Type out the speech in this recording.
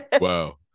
Wow